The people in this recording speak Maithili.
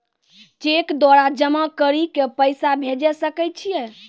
चैक द्वारा जमा करि के पैसा भेजै सकय छियै?